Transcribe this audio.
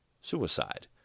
suicide